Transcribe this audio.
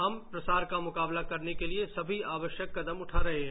हम प्रसार का मुकाबला करने के लिए आवश्यक कदम उठा रहे हैं